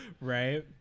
Right